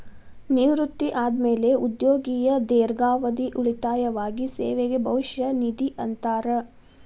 ನಿವೃತ್ತಿ ಆದ್ಮ್ಯಾಲೆ ಉದ್ಯೋಗಿಯ ದೇರ್ಘಾವಧಿ ಉಳಿತಾಯವಾಗಿ ಸೇವೆಗೆ ಭವಿಷ್ಯ ನಿಧಿ ಅಂತಾರ